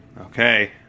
Okay